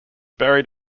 buried